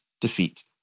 defeat